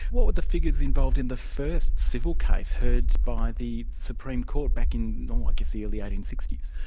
what were the figures involved in the first civil case heard by the supreme court back in oh um i guess the early eighteen sixty s.